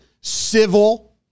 civil